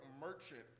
merchant